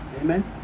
Amen